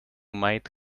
might